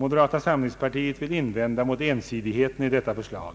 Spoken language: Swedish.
Moderata samlingspartiet vill invända mot ensidigheten i detta förslag.